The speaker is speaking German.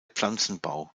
pflanzenbau